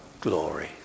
glory